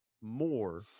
more